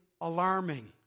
alarming